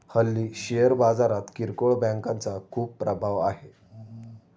हल्ली शेअर बाजारात किरकोळ बँकांचा खूप प्रभाव आहे